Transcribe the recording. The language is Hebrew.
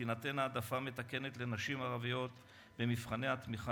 תינתן העדפה מתקנת לנשים ערביות במבחני התמיכה